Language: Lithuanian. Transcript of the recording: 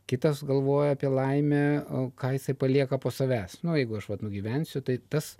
kitas galvoja apie laimę ką jisai palieka po savęs nu jeigu aš vat nugyvensiu tai tas